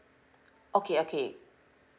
okay okay